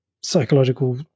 psychological